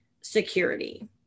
security